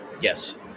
Yes